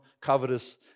covetous